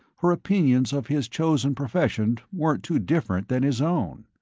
her opinions of his chosen profession weren't too different than his own.